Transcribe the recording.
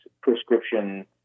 prescription